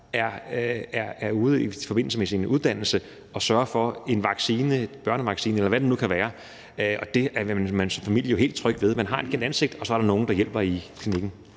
er ude i forbindelse med sin uddannelse og sørger for en vaccination, en børnevaccine, eller hvad det nu kan være, og det er man som familie jo helt tryg ved. Man har et kendt ansigt, og så er der nogle, der hjælper i klinikken.